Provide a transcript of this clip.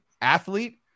athlete